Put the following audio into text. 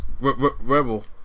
Rebel